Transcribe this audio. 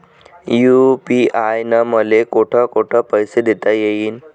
UPI न मले कोठ कोठ पैसे देता येईन?